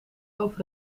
over